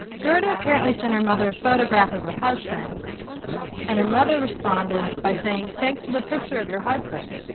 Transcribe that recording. gerda apparently sent her mother a photograph of her husband and her mother responded by saying, thanks for the picture of your husband.